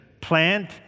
plant